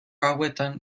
hauetan